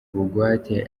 bugwate